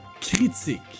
Critique